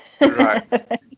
Right